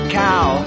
cow